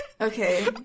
Okay